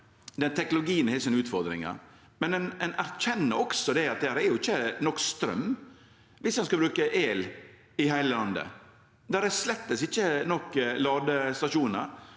teknologien har sine utfordringar, men ein erkjenner også at det ikkje er nok straum om ein skal bruke el i heile landet. Det er slett ikkje nok ladestasjonar,